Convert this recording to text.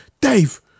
Dave